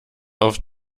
auf